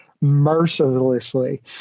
mercilessly